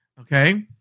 okay